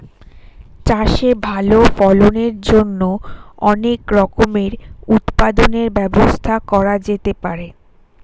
চাষে ভালো ফলনের জন্য অনেক রকমের উৎপাদনের ব্যবস্থা করা যেতে পারে